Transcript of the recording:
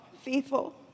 faithful